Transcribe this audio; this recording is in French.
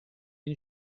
une